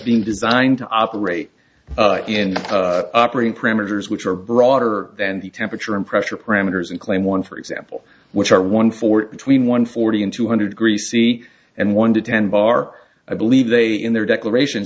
been designed to operate in operating parameters which are broader than the temperature and pressure parameters in claim one for example which are one for between one forty and two hundred greasy and one to ten bar i believe they in their declaration